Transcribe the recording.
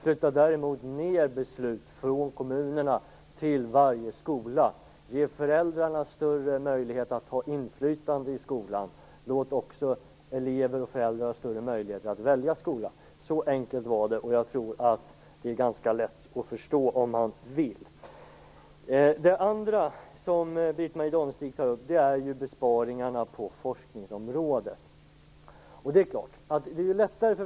Flytta därmot ned beslut från kommunerna till varje skola. Ge föräldrarna större möjlighet till inflytande i skolan. Låt också elever och föräldrar få större möjligheter att välja skola. Så enkelt var det, och jag tror att det är ganska lätt att förstå - om man vill. Det andra som Britt-Marie Danestig-Olofsson tog upp var besparingarna på forskningsområdet.